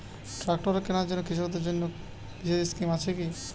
Tractor কেনার জন্য কৃষকদের জন্য বিশেষ স্কিম আছে কি?